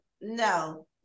no